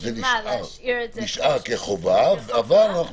מסכימה להשאיר את זה -- זה נשאר כחובה ----- ויחד